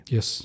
Yes